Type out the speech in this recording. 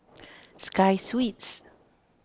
Sky Suites